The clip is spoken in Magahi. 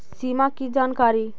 सिमा कि जानकारी?